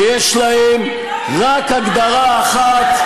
שיש להם רק הגדרה אחת: